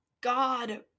God